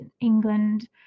england